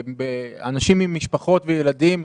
באנשים עם משפחות וילדים,